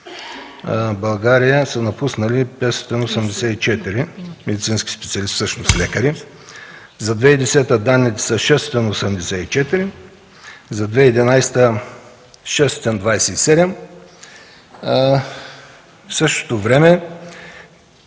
България са напуснали 584 медицински специалисти – лекари; за 2010 г. данните са – 684; за 2011 г. – 627. В същото време